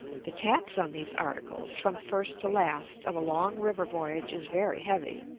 the tax on these articles from first to last of a long river voyage is very heavy,